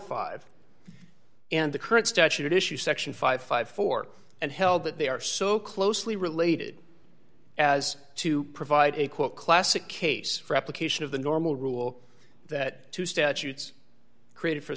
five and the current statute issue section five hundred and fifty four and held that they are so closely related as to provide a quote classic case for application of the normal rule that two statutes created for